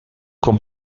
con